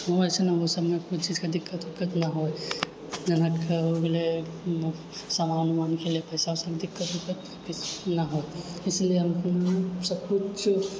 वैसन किछु दिक्कत उक्कत नहि होए जेनाकि हो गेलै समान उमानके लिए पैसा उसाके दिक्कत उक्कत नहि हो इसलिए हम सब किछु